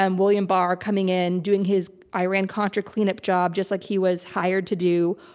um william barr, coming in, doing his iran contra cleanup job, just like he was hired to do,